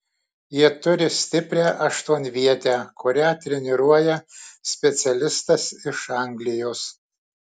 jie turi stiprią aštuonvietę kurią treniruoja specialistas iš anglijos